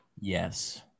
Yes